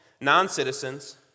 Non-citizens